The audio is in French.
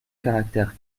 caractère